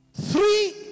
three